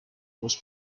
was